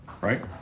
right